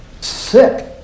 sick